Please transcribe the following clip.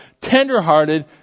tender-hearted